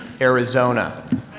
Arizona